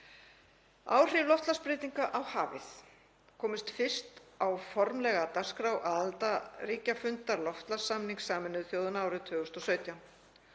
Áhrif loftslagsbreytinga á hafið komust fyrst á formlega dagskrá aðildarríkjafundar loftslagssamnings Sameinuðu þjóðanna árið 2017.